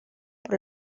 por